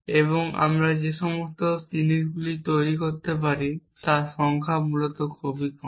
এবং আমরা যে সম্ভাব্য জিনিসগুলি করতে পারি তার সংখ্যা মূলত খুব বড়